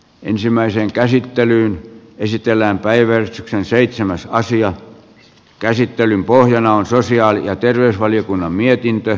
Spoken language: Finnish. ensimmäiseen käsittelyyn esitellään päiväys on seitsemässä asian käsittelyn pohjana on sosiaali ja terveysvaliokunnan mietintö